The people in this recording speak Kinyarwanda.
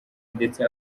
ndetse